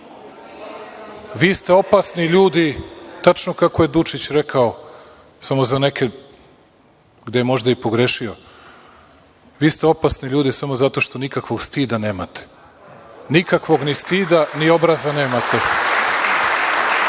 Vi ste opasni ljudi, tačno kako je Dučić rekao, samo za neke gde je možda i pogrešio. Vi ste opasni ljudi samo zato što nikakvog stida nemate, nikakvog ni stida ni obraza nemate. Vi